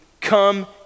come